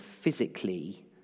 physically